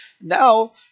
Now